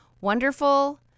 Wonderful